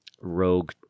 rogue